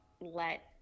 let